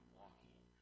walking